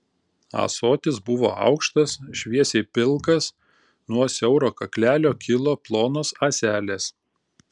ąsotis buvo aukštas šviesiai pilkas nuo siauro kaklelio kilo plonos ąselės